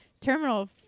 terminal